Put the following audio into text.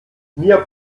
mir